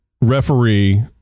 referee